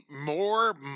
more